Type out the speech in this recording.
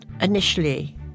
initially